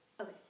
Okay